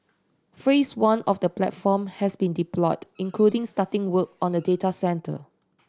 phrase one of the platform has been deployed including starting work on a data centre